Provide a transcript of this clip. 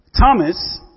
Thomas